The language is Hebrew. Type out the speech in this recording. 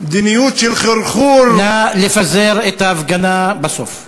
מדיניות של חרחור, נא לפזר את ההפגנה בסוף.